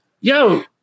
Yo